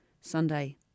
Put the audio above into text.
Sunday